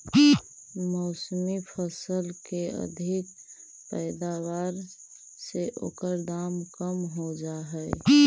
मौसमी फसल के अधिक पैदावार से ओकर दाम कम हो जाऽ हइ